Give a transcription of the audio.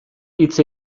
hitz